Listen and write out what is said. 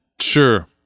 Sure